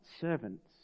servants